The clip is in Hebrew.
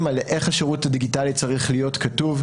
על איך השירות הדיגיטלי צריך להיות כתוב,